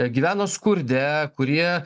gyveno skurde kurie